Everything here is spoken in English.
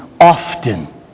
often